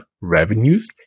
revenues